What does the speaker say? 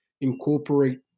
incorporate